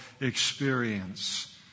experience